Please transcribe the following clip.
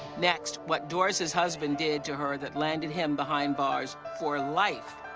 next, what doris's husband did to her that landed him behind bars for life.